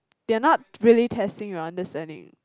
they're not really testing your understanding